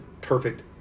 perfect